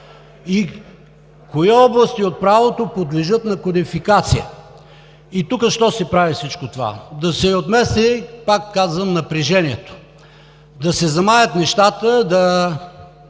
и кои области от правото подлежат на кодификация. И тук защо се прави всичко това? Да се отмести, пак казвам, напрежението, да се замаят нещата, да